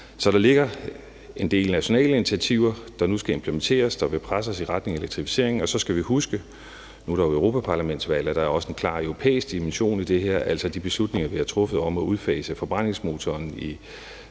Så der ligger en del nationale initiativer, der nu skal implementeres, og som vil presse os i retning af elektrificering. Og så skal vi huske – nu er der jo europaparlamentsvalg – at der også er en klar europæisk dimension i det her, altså de beslutninger, vi har truffet om at udfase forbrændingsmotoren